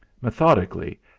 Methodically